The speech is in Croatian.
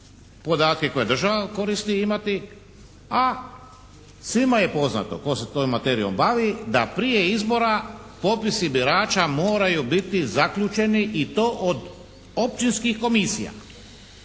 podatke koje država koristi imati. A svima je poznato tko se tom materijom bavi da prije izbora popisi birača moraju biti zaključeni i od općinskih komisija